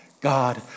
God